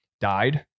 died